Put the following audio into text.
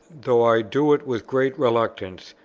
though i do it with great reluctance,